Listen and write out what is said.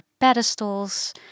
pedestals